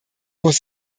muss